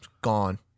gone